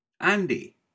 Andy